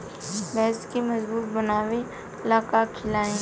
भैंस के मजबूत बनावे ला का खिलाई?